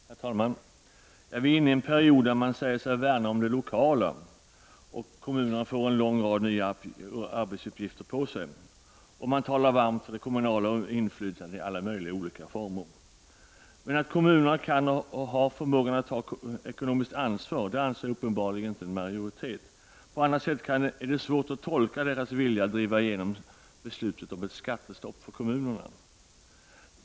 Herr talman! Vi är inne i en period där man säger sig värna om det lokala. Kommunerna får en lång rad nya arbetsuppgifter, och man talar varmt för det kommunala inflytandet i alla möjliga former. Men att kommunerna har förmågan att ta ekonomiskt ansvar, anser uppenbarligen inte en majoritet i finansutskottet. På annat sätt är det svårt att tolka dess vilja att driva igenom ett skattestopp för kommunerna.